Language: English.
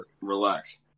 relax